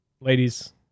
Ladies